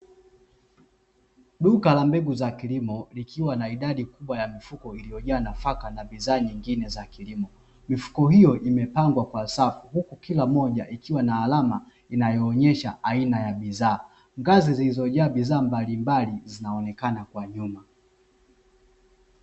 Duka la mbegu za kilimo, likiwa na idadi kubwa ya mifuko iliyojaa nafaka na bidhaa nyingine za kilimo, mifuko hiyo imepangwa kwa safu huku kila moja ikiwa na alama inayoonyesha aina ya bidhaa. Ngazi zilizojaa bidhaa mbalimbali zinaonekana kwa nyuma.